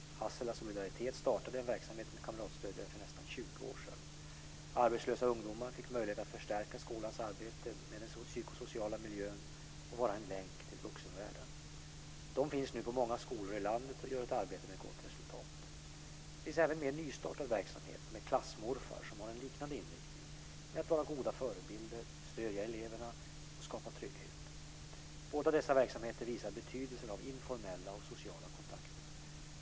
Hassela Solidaritet startade en verksamhet med kamratstödjare för nästan 20 år sedan. Arbetslösa ungdomar fick möjlighet att förstärka skolans arbete med den psykosociala miljön och vara en länk till vuxenvärlden. De finns nu på många skolor i landet och gör ett arbete med gott resultat. Det finns även en mer nystartad verksamhet med klassmorfar som har en liknande inriktning med att vara goda förebilder, stödja eleverna och skapa trygghet. Båda dessa verksamheter visar betydelsen av informella och sociala kontakter.